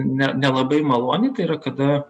ne nelabai maloniai tai yra kada